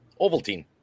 Ovaltine